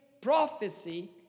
prophecy